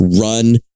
run